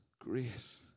grace